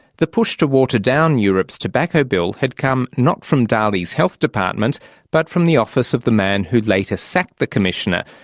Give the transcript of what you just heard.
the push to water down europe's tobacco bill had come not from dalli's health department but from the office of the man who later sacked the commissioner,